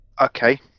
Okay